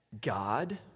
God